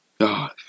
God